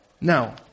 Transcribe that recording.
Now